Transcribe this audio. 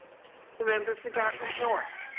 the member for dartmouth north.